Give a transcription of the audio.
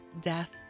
death